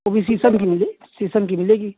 वह भी शीशम की मिले शीशम की मिलेगी